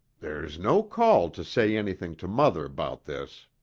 there's no call to say anything to mother about this.